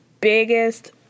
biggest